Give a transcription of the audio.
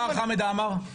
מה אמר חמד עמאר?